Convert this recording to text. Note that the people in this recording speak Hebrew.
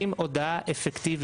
לגבי היותר צ'ופרים.